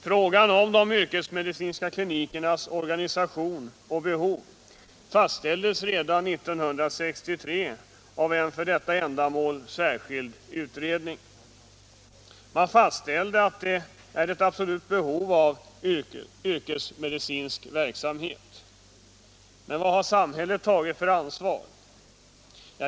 Frågan om de yrkesmedicinska klinikernas organisation och behov behandlades redan 1963 av en för detta ändamål särskild utredning, som fastställde att det föreligger ett absolut behov av yrkesmedicinsk verksamhet. Men vad har samhället tagit för ansvar?